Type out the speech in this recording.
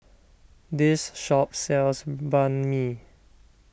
this shop sells Banh Mi